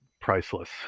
priceless